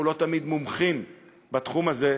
אנחנו לא תמיד מומחים בתחום הזה,